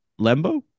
Lembo